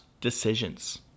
decisions